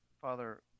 Father